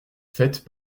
faites